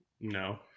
No